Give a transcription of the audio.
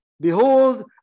Behold